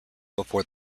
before